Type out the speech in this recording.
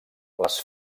les